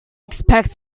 expect